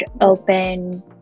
open